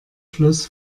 fluss